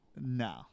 no